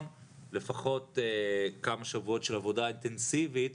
לפחות כמה שבועות של עבודה אינטנסיבית